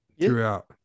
throughout